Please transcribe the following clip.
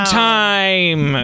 time